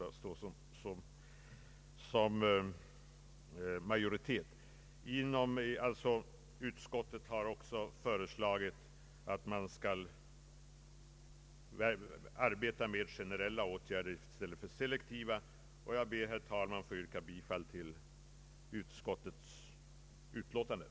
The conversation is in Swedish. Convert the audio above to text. Utskottet har också föreslagit att man skall arbeta med generella åtgärder i stället för med selektiva. Jag ber, herr talman, att få yrka bifall till utskottets hemställan.